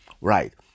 Right